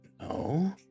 No